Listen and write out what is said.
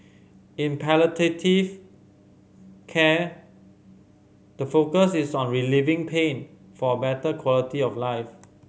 in palliative care the focus is on relieving pain for a better quality of life